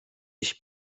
ich